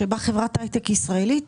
שבה חברת הייטב ישראלית